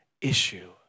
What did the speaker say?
issue